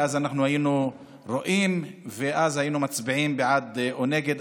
ואז היינו רואים ואז היינו מצביעים בעד או נגד.